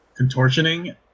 contortioning